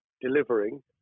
delivering